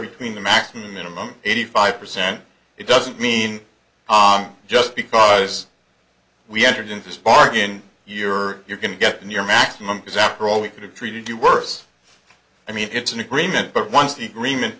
between the maximum minimum eighty five percent it doesn't mean just because we entered into spark in your or you're going to get in your maximum because after all we could have treated you worse i mean it's an agreement but once the agreement